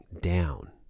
down